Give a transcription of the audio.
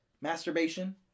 Masturbation